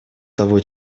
того